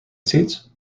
seeds